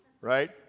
right